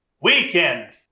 weekend